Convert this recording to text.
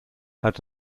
had